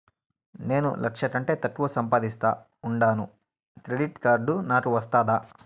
నేను లక్ష కంటే తక్కువ సంపాదిస్తా ఉండాను క్రెడిట్ కార్డు నాకు వస్తాదా